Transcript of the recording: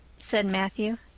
said matthew.